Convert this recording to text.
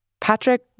Patrick